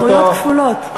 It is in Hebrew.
זכויות כפולות.